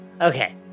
Okay